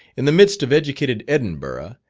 in the midst of educated edinburgh,